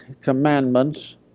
commandments